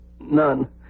None